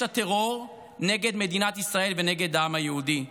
הטרור נגד מדינת ישראל ונגד העם היהודי.